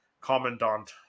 Commandant